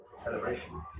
celebration